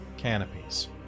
canopies